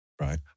Right